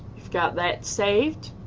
got that saved.